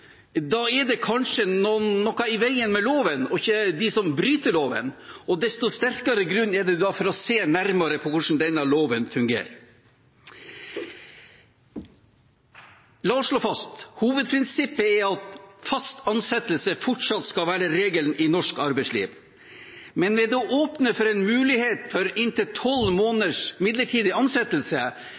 Da er det kanskje noe i veien med loven og ikke med dem som bryter loven, og desto sterkere grunn er det da til å se nærmere på hvordan denne loven fungerer. La oss slå fast: Hovedprinsippet er at fast ansettelse fortsatt skal være regelen i norsk arbeidsliv. Men ved å åpne for en mulighet for inntil tolv måneders midlertidig ansettelse,